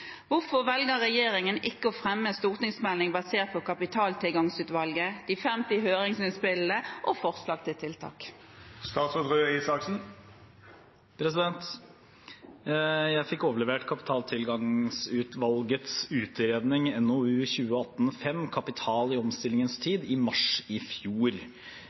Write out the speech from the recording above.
Hvorfor velger regjeringen ikke å fremme en stortingsmelding basert på Kapitaltilgangsutvalget, de 50 høringsinnspillene og forslagene til tiltak?» Jeg fikk overlevert Kapitaltilgangsutvalgets utredning, NOU 2018: 5, Kapital i omstillingens tid, i mars i fjor.